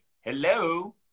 hello